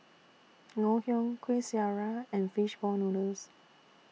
Ngoh Hiang Kuih Syara and Fish Ball Noodles